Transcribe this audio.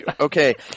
okay